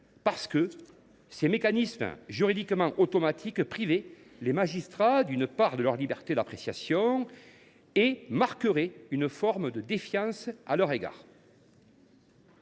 effet, ces mécanismes juridiquement automatiques priveraient les magistrats d’une part de leur liberté d’appréciation et marqueraient une forme de défiance à leur égard.